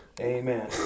Amen